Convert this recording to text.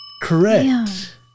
Correct